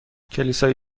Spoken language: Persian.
کلیسای